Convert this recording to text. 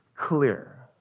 clear